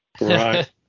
Right